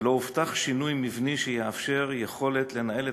ולא הובטח שינוי מבני שיאפשר יכולת לנהל את